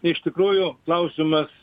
iš tikrųjų klausimas